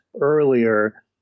earlier